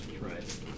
right